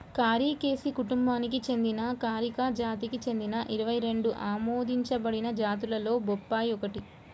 కారికేసి కుటుంబానికి చెందిన కారికా జాతికి చెందిన ఇరవై రెండు ఆమోదించబడిన జాతులలో బొప్పాయి ఒకటి